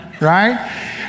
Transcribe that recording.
right